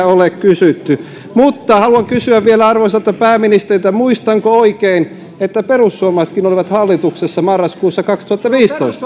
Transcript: ole kysytty mutta haluan kysyä vielä arvoisalta pääministeriltä muistanko oikein että perussuomalaisetkin olivat hallituksessa marraskuussa kaksituhattaviisitoista